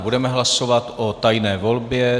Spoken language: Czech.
Budeme hlasovat o tajné volbě.